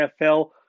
NFL